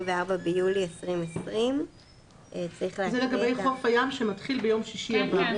ביולי 2020). זה לגבי חוף הים שמתחיל ביום שישי הבא.